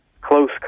close